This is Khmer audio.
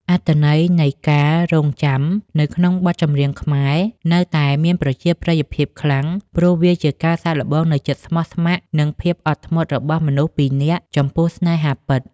អត្ថន័យនៃ "ការរង់ចាំ" នៅក្នុងបទចម្រៀងខ្មែរ នៅតែមានប្រជាប្រិយភាពខ្លាំង ព្រោះវាជាការសាកល្បងនូវចិត្តស្មោះស្ម័គ្រ និងភាពអត់ធ្មត់របស់មនុស្សពីរនាក់ចំពោះស្នេហាពិត។